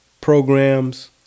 programs